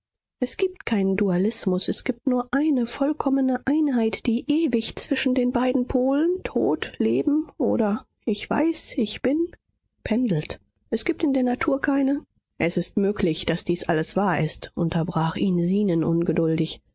es gibt keinen dualismus es gibt nur eine vollkommene einheit die ewig zwischen den beiden polen tod leben oder ich weiß ich bin pendelt es gibt in der natur keine es ist möglich daß dies alles wahr ist unterbrach ihn zenon ungeduldig